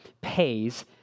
pays